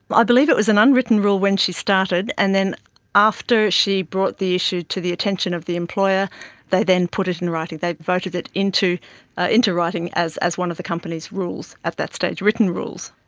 i believe it was an unwritten rule when she started, and then after she brought the issue to the attention of the employer they then put it in writing, they voted it into ah into writing as as one of the company's rules at that stage, written rules.